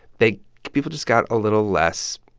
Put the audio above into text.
they people just got a little less.